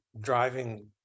driving